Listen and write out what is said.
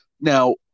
Now